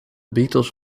beatles